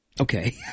Okay